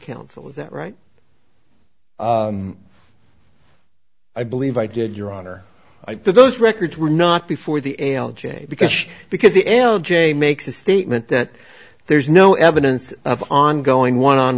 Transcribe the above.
counsel is that right i believe i did your honor for those records were not before the a l j because because the l j makes a statement that there's no evidence of ongoing one on